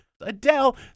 Adele